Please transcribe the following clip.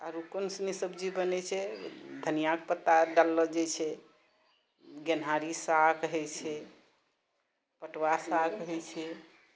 आओर कोनसनी सब्जी बनै छै धनिआके पत्ता डाललऽ जाइ छै गेन्हारी साग हइ छै पटुआ साग हइ छै